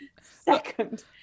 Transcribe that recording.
second